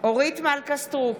אורית סטרוק,